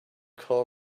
call